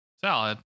salad